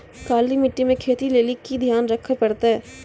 काली मिट्टी मे खेती लेली की ध्यान रखे परतै?